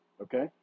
okay